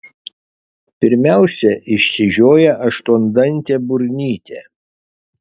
pirmiausia išsižioja aštuondantė burnytė